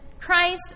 Christ